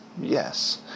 Yes